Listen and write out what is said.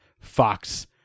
fox